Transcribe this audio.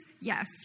Yes